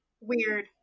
Weird